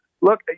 Look